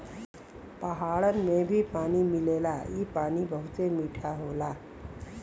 पहाड़न में भी पानी मिलेला इ पानी बहुते मीठा होला